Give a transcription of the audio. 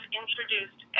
introduced